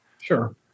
Sure